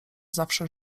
zawsze